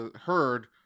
heard